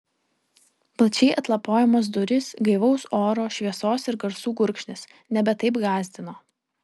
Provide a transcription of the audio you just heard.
plačiai atlapojamos durys gaivaus oro šviesos ir garsų gurkšnis nebe taip gąsdino